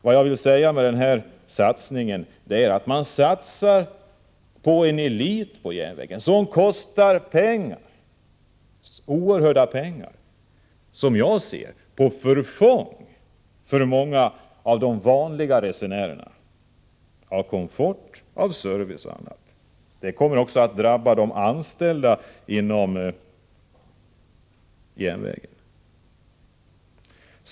Vad jag vill säga är att man satsar på en elit och att denna satsning kostar oerhört mycket pengar — som jag ser det till förfång för många av de vanliga resenärerna i fråga om komfort, service och annat. Detta kommer också att drabba de anställda inom järnvägen.